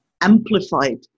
amplified